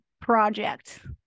project